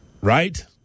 Right